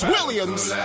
Williams